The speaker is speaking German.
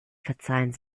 verzeihen